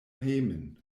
hejmen